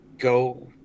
go